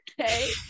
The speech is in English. okay